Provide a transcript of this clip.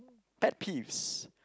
pet peeves